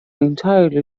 entirely